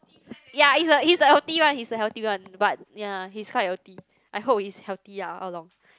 ya he's the he's the healthy one he's the healthy one but ya he's quite healthy I hope he's healthy ah all along